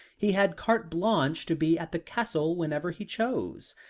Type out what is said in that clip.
he had carte blanche to be at the castle whenever he chose,